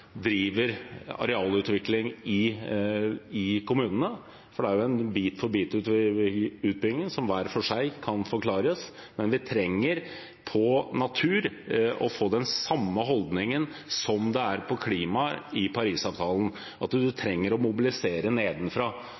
driver arealutvikling i kommunene. Det er jo en bit-for-bit-utbygging som hver for seg kan forklares, men vi trenger å få den samme holdningen til natur, som det er til klima i Parisavtalen. Man trenger å mobilisere nedenfra.